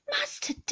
Master